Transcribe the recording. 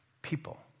people